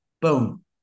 Boom